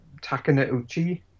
Takaneuchi